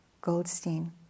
Goldstein